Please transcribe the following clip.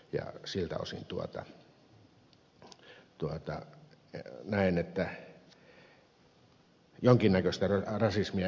ja siltä osin näen että jonkin näköistä rasismia ed